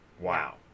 Wow